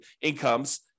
incomes